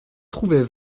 trouvai